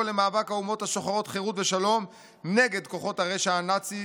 למאבק האומות השוחרות חירות ושלום נגד כוחות הרשע הנאצי,